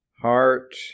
heart